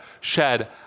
shed